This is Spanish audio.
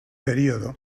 periodo